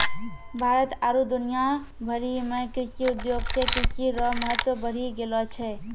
भारत आरु दुनिया भरि मे कृषि उद्योग से कृषि रो महत्व बढ़ी गेलो छै